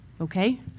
okay